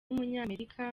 umunyamerika